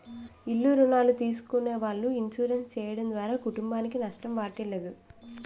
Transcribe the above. ఇల్ల రుణాలు తీసుకునే వాళ్ళు ఇన్సూరెన్స్ చేయడం ద్వారా కుటుంబానికి నష్టం వాటిల్లదు